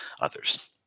others